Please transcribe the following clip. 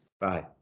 Bye